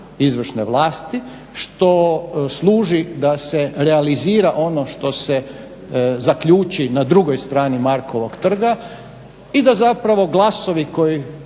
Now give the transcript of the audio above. izvršne vlasti, što služi da se realizira ono što se zaključi na drugoj strani Markovog trga i da glasovi koji